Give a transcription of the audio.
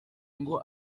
ngo